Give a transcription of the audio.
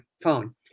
phone